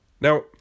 Now